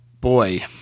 boy